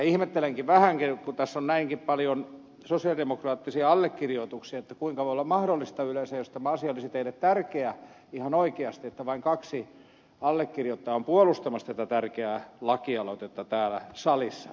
ihmettelenkin vähän kun tässä on näinkin paljon sosiaalidemokraattisia allekirjoituksia kuinka voi olla mahdollista yleensä jos tämä asia olisi teille tärkeä ihan oikeasti että vain kaksi allekirjoittajaa on puolustamassa tätä tärkeää laki aloitetta täällä salissa